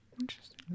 Interesting